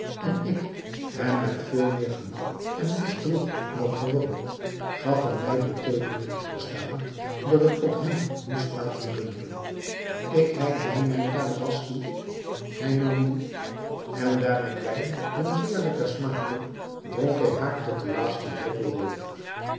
en ik hem met veel meer gemak en lust droeg dan gewoonlijk gaf hij mij door teekenen te verstaan dat ik ook hem moest laten drinken ik reikte hem mijne kalebas toe hij nam die en daar mijn wijn hem zeer lekker smaakte dronk hij haar tot den laatsten droppel ledig